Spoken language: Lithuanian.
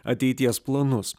ateities planus